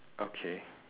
okay